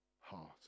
heart